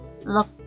look